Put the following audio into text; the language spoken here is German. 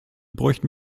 bräuchten